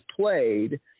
played